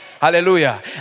Hallelujah